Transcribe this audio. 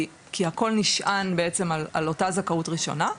כי הכל נשען בעצם על אותה זכאות ראשונה.